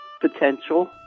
potential